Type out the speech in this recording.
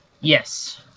Yes